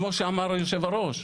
כמו שאמר יושב הראש?